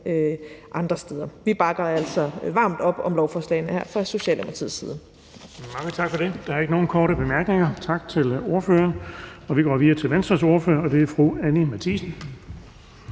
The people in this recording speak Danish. andre steder. Vi bakker altså varmt op om lovforslagene her fra Socialdemokratiets side.